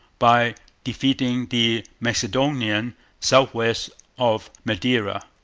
by defeating the macedonian south-west of madeira.